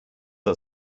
are